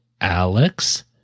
Alex